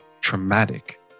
traumatic